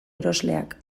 erosleak